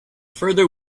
further